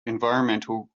environmental